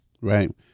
right